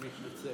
אני מתנצל.